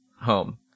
home